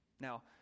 Now